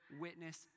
witness